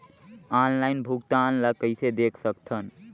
Online भुगतान ल कइसे देख सकथन?